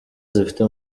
zifite